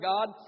God